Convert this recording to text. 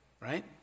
right